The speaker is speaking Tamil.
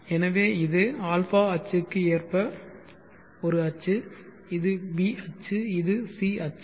எனவே இது α அச்சுக்கு ஏற்ப ஒரு அச்சு இது b அச்சு இது c அச்சு